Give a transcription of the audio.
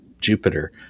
Jupiter